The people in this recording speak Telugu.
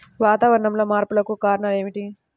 వాతావరణంలో మార్పులకు కారణాలు ఏమిటి?